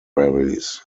varies